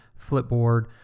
Flipboard